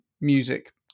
music